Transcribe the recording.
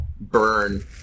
burn